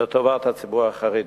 לטובת הציבור החרדי.